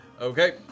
Okay